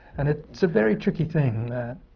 and it's a very tricky thing that.